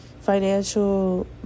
financial